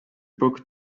book